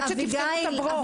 עד שתפתרו את הברוך.